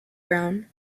brown